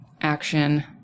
action